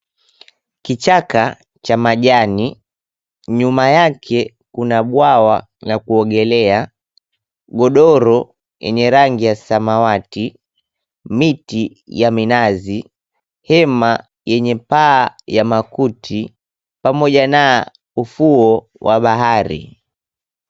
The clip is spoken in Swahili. Kichaka cha majani nyuma yake kuna bwawa na kuogelea, godoro yenye rangi ya samawati, miti ya minazi, hema yenye paa ya makuti pamoja na ufuo wa bahari.